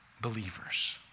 believers